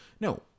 No